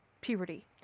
puberty